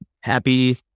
happy